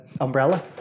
umbrella